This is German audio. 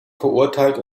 verurteilt